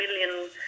million